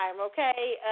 okay